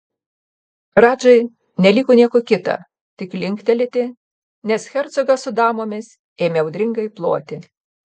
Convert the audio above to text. radžai neliko nieko kita tik linktelėti nes hercogas su damomis ėmė audringai ploti